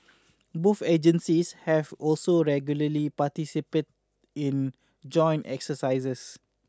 both agencies have also regularly participated in joint exercises